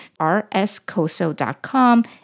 rscoso.com